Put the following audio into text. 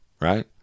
right